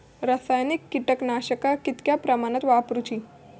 रासायनिक कीटकनाशका कितक्या प्रमाणात वापरूची?